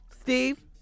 Steve